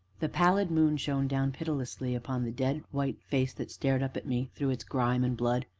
the pallid moon shone down pitilessly upon the dead, white face that stared up at me through its grime and blood,